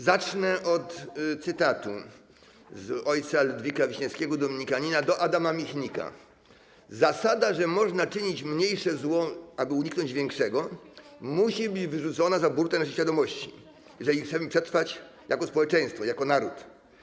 Zacznę od cytatu z o. Ludwika Wiśniewskiego, dominikanina, z listu do Adama Michnika: Zasada, że „można czynić mniejsze zło, aby uniknąć większego” musi być wyrzucona za burtę świadomości, jeżeli chcemy przetrwać jako społeczeństwo i jako naród.